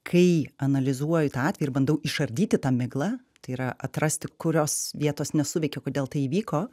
kai analizuoju tą atvejį ir bandau išardyti tą miglą tai yra atrasti kurios vietos nesuveikia kodėl tai įvyko